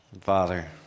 Father